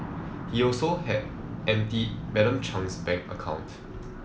he had also emptied Madam Chung's bank account